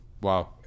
Wow